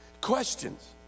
Questions